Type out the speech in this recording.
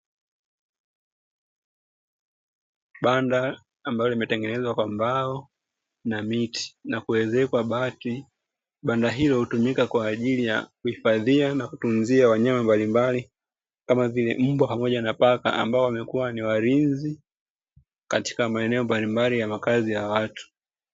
Banda ambalo limetengenezwa kwa mbao na miti na kuezekwa bati, banda hilo hutumika kwa ajili ya kuhifadhia na kutunzia wanyama mbalimbali kama vile mbwa pamoja na paka ambao wamekuwa ni walinzi katika maeneo mbalimbali ya makazi ya watu.